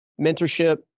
mentorship